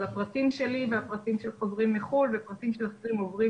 אז הפרטים שלי והפרטים של חוזרים מחו"ל ופרטים --- עוברים